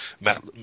Matt